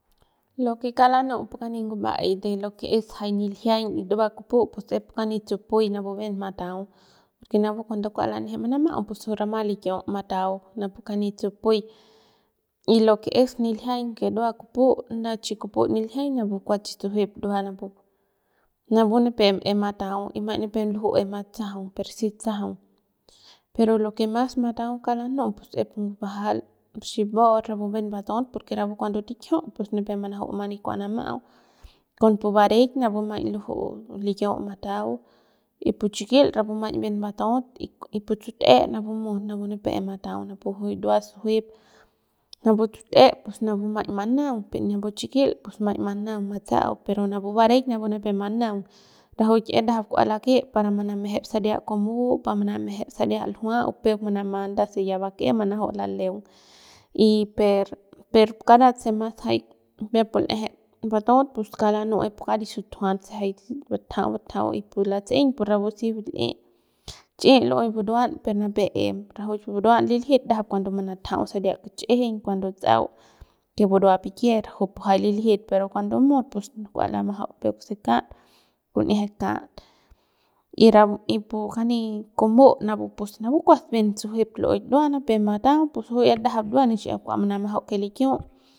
Lo que kauk lanu'u pu kani nguba'ai de lo que es jay niljiañ y ndua kupu' pus es pu kani tsupuy napu bien matau porque napu cuando kua lan'eje manama'au pus juy rama likiu matau napu kani tsupuy y lo que es niljiañ que dua kupu nda chi kupu niljiañ napu kuas chi sujuep ndua napu pu nipep em matau y maiñ nipep luju'u em matsajaung per si tsajaung pero lo que matau kauk lanu'u es pu bajal pu ximba'aut rapu bien bataut porque rapu cuando tikjiut pus nipem manuju'u mani kua manama'au con pu bareik napu maiñ luju'u likiu matau y pu chikil rapu maiñ bien bataut y pu tsut'e napu mut napu nipep em matau napu juy ndua sujuep napu tsut'e pus napu maiñ manaung y napu chikil pus maiñ manaung matsa'au pe napu bareik napu nipep manaung rajuik es ndajap kua laket para manamejep saria kumu o panamejep saria ljua o peuk manama nda se ya bak'em manaju'u malaleung y per per pu karat se mas jay peuk pu l'ejep botot pus kauk lanu'u es pu karit sutujuat se jay butajau butajau y pu latse'eiñ pus rapu si li'it chi'i lu'uey buruan per nipep em rajuik buruan liljit ndajap cuando matajau saria kich'ijiñ cuando tsa'au que bura pikie rajupu jay liljit pero cuando mut pus kua lamajau peuk se kat kun'ieje kat y rapu y pu kani kumu'u napu pus kuas bien sujuep lu'uey ndua nipep matau pus juy es ndajap ndua nixiap kua manamajau que likiun'.